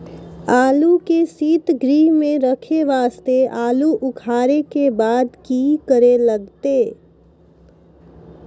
आलू के सीतगृह मे रखे वास्ते आलू उखारे के बाद की करे लगतै?